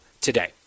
today